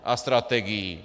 A strategií.